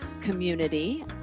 community